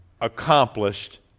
accomplished